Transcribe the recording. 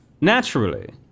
Naturally